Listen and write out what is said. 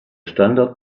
standard